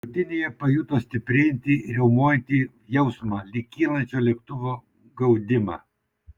krūtinėje pajuto stiprėjantį riaumojantį jausmą lyg kylančio lėktuvo gaudimą